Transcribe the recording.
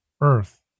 earth